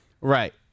right